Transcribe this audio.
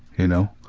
you know?